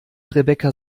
rebecca